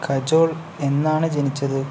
കജോൾ എന്നാണ് ജനിച്ചത്